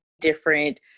different